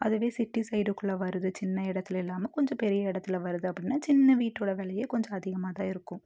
அதுவே சிட்டி சைட்டுக்குள்ளே வருது சின்ன இடத்துல இல்லாமல் கொஞ்சம் பெரிய இடத்துல வருது அப்படின்னா சின்ன வீட்டோட விலைய கொஞ்சம் அதிகமாக தான் இருக்கும்